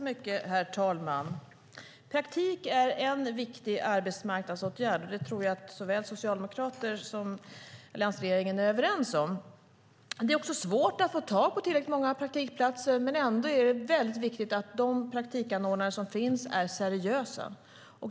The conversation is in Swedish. Herr talman! Praktik är en viktig arbetsmarknadsåtgärd, och det tror jag såväl socialdemokrater som alliansregeringen är överens om. Det är också svårt att få tag på tillräckligt många praktikplatser. Ändå är det väldigt viktigt att de praktikanordnare som finns är seriösa.